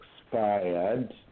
expired